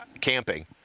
camping